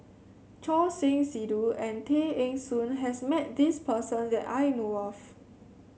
Choor Singh Sidhu and Tay Eng Soon has met this person that I know of